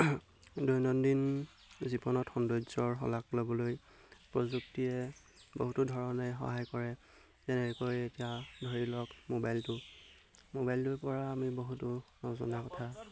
দৈনন্দিন জীৱনত সৌন্দৰ্যৰ শলাগ ল'বলৈ প্ৰযুক্তিয়ে বহুতো ধৰণে সহায় কৰে যেনেকৈ এতিয়া ধৰি লওক মোবাইলটো মোবাইলটোৰপৰা আমি বহুতো নজনা কথা